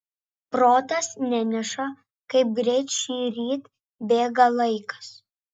protas neneša kaip greit šįryt bėga laikas